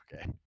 okay